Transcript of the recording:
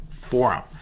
forum